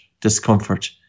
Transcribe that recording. discomfort